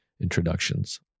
introductions